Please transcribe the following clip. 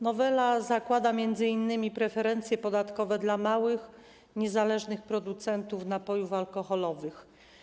Nowela zakłada m.in. preferencje podatkowe dla małych, niezależnych producentów napojów alkoholowych.